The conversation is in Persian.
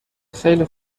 خیلی